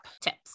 tips